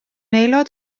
aelod